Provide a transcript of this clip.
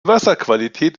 wasserqualität